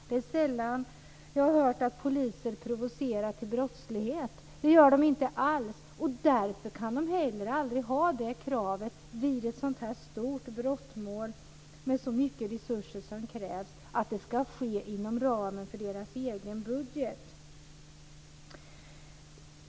Det är sällan jag har hört att polisen provocerar till brottslighet. Det gör den inte alls, och därför kan den heller aldrig ha kravet vid ett stort brottmål, med så mycket resurser som krävs, att det ska hanteras inom ramen för dess egen budget.